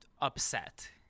upset